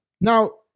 now